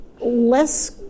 less